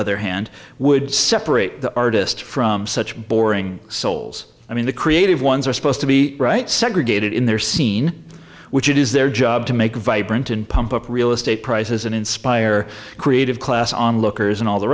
other hand would separate the artist from such boring souls i mean the creative ones are supposed to be right segregated in their scene which it is their job to make vibrant and pump up real estate prices and inspire creative class on lookers and all the